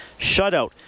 shutout